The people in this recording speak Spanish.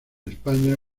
españa